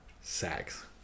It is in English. sex